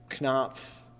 Knopf